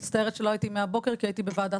מצטערת שלא הייתי מהבוקר כי הייתי בוועדת